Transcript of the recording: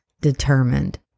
determined